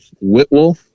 Whitwell